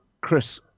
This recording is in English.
Chris